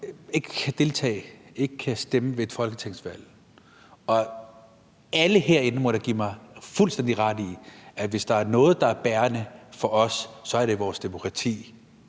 ikke kan deltage, ikke kan stemme ved et folketingsvalg. Alle herinde må da give mig fuldstændig ret i, at hvis der er noget, der er bærende for os i det her samfund, er det vores demokrati,